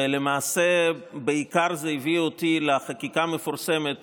למעשה זה בעיקר הביא אותי לחקיקה המפורסמת